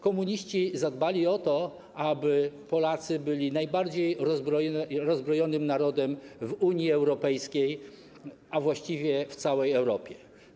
Komuniści zadbali o to, aby Polacy byli najbardziej rozbrojonym narodem w Unii Europejskiej, a właściwie w całej Europie.